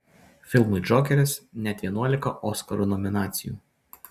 filmui džokeris net vienuolika oskarų nominacijų